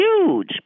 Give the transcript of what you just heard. huge